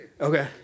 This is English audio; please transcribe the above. Okay